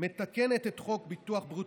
ההצעה הזאת מתקנת את חוק ביטוח בריאות